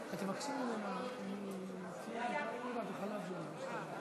אנחנו עוברים, בעזרת השם,